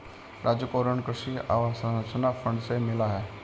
राजू को ऋण कृषि अवसंरचना फंड से मिला है